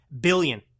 billion